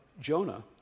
Jonah